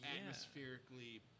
atmospherically